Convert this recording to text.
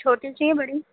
چھوٹی چاہیے یا بڑی